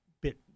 bit